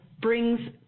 brings